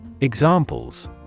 Examples